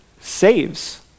saves